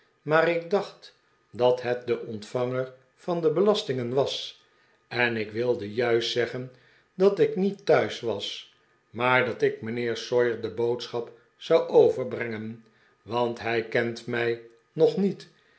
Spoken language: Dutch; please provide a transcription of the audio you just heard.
maar ik dacht dat het de ontvanger van de belastingen was en ik wilde juist zeggen dat ik niet thuis was maar dat ik mijnheer sawyer de boodschap zou overbrengen want hij kent mij nog niet